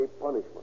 punishment